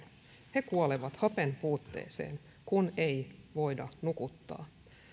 he kuolevat hapenpuutteeseen kun ei voida nukuttaa